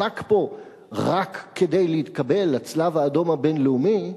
רק כדי להתקבל לצלב-האדום הבין-לאומי,